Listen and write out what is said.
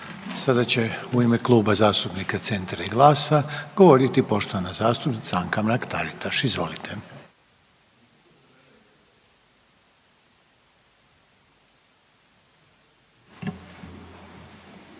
Sada će u ime Kluba zastupnika Centra i GLAS-a govoriti poštovana zastupnica Anka Mrak-Taritaš, izvolite.